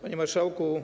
Panie Marszałku!